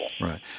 Right